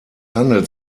handelt